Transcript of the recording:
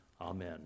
Amen